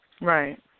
Right